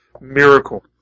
miracle